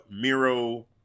Miro